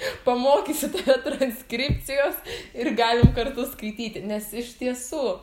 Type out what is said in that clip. pamokysiu tave transkripcijos ir galim kartu skaityti nes iš tiesų